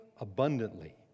abundantly